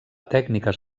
tècniques